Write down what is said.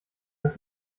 dass